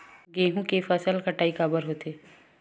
गेहूं के फसल कटाई काबर होथे?